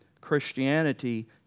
Christianity